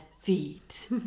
feet